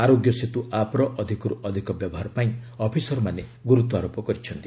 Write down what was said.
ଆରୋଗ୍ୟ ସେତ୍ର ଆପ୍ର ଅଧିକର୍ତ ଅଧିକ ବ୍ୟବହାର ପାଇଁ ଅଫିସରମାନେ ଗ୍ରର୍ତ୍ୱାରୋପ କରିଛନ୍ତି